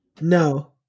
No